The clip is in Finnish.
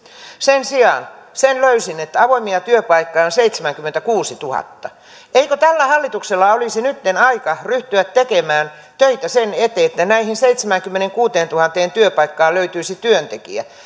sen sijaan sen löysin että avoimia työpaikkoja on seitsemänkymmentäkuusituhatta eikö tällä hallituksella olisi nytten aika ryhtyä tekemään töitä sen eteen että näihin seitsemäänkymmeneenkuuteentuhanteen työpaikkaan löytyisi työntekijä